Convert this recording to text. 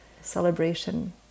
celebration